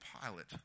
pilot